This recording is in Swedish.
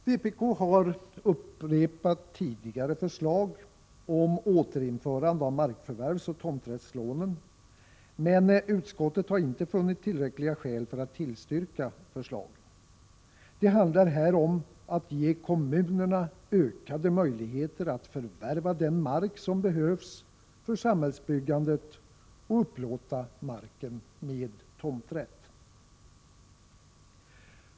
Vpk har upprepat tidigare förslag om återinförande av markförvärvsoch tomträttslånen, men utskottet har inte funnit tillräckliga skäl för att tillstyrka förslagen. Det handlar här om att ge kommunerna ökade möjligheter att förvärva den mark som behövs för samhällsbyggandet och att upplåta marken med tomträtt.